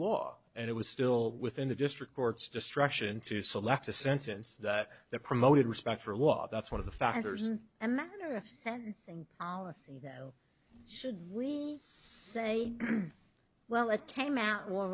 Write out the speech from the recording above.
law and it was still within the district court's destruction to select a sentence that that promoted respect for law that's one of the factors and you know should we say well it came out o